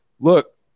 Look